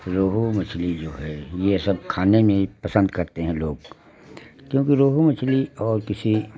रोहू मछली जो है ये सब खाने में पसंद करते हैं लोग क्योंकि रोहू मछली और किसी